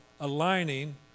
aligning